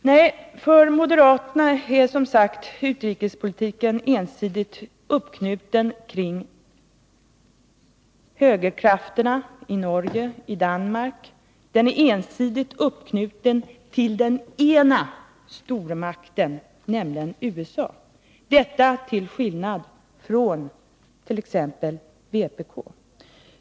Nej, för moderaterna är som sagt utrikespolitiken ensidigt uppknuten kring högerkrafterna i Norge och Danmark, den är ensidigt uppknuten till den ena stormakten, nämligen USA. Det är den inte för vpk.